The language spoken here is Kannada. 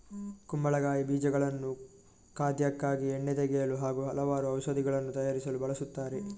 ಕುಂಬಳಕಾಯಿ ಬೀಜಗಳನ್ನು ಖಾದ್ಯಕ್ಕಾಗಿ, ಎಣ್ಣೆ ತೆಗೆಯಲು ಹಾಗೂ ಹಲವಾರು ಔಷಧಿಗಳನ್ನು ತಯಾರಿಸಲು ಬಳಸುತ್ತಾರೆ